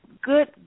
Good